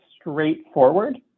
straightforward